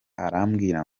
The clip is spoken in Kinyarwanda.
arambwira